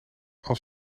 als